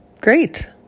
Great